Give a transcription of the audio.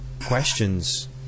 questions